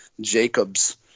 Jacobs